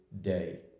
day